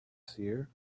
seer